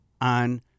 on